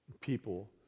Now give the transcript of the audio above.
People